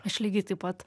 aš lygiai taip pat